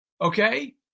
Okay